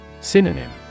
Synonym